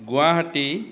Guwahati